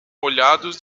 molhados